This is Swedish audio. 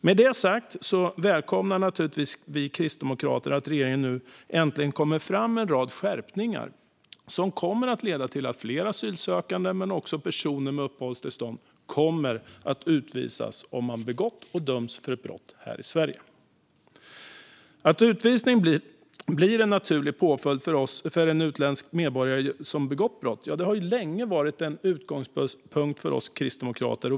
Med det sagt välkomnar vi kristdemokrater givetvis att regeringen nu äntligen lägger fram en rad skärpningar som kommer att leda till att fler asylsökande och personer med uppehållstillstånd kommer att utvisas om de döms för brott i Sverige. Att utvisning ska vara en naturlig påföljd när en utländsk medborgare begår ett brott har länge varit en utgångspunkt för oss kristdemokrater.